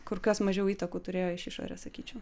kur kas mažiau įtakų turėjo iš išorės sakyčiau